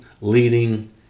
leading